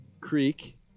creek